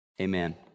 amen